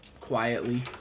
quietly